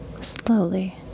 slowly